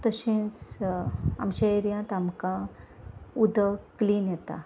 तशेंच आमच्या एरियांत आमकां उदक क्लीन येता